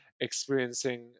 experiencing